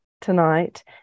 tonight